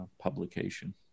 publication